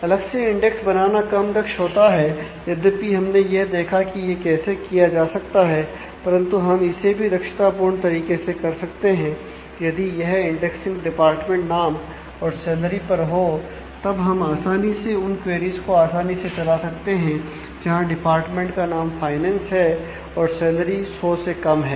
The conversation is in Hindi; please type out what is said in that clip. अलग से इंडेक्स बनाना कम दक्ष होता है यद्यपि हमने यह देखा कि यह कैसे किया जा सकता है परंतु हम इसे भी दक्षतापूर्ण तरीके से कर सकते हैं यदि यह इंडेक्सिंग डिपार्टमेंट नाम और सैलरी पर हो तब हम आसानी से उन क्वेरीज को आसानी से चला सकते हैं जहां डिपार्टमेंट का नाम फाइनेंस है और सैलरी 100 से कम है